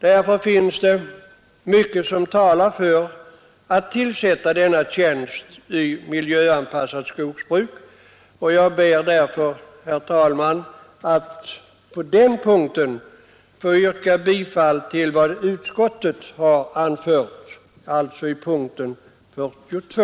Det finns alltså mycket som talar för tillsättande av denna tjänst i miljöanpassat skogsbruk, och jag ber därför, herr talman, att på den punkten få yrka bifall till vad utskottet hemställt i punkt 42.